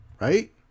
right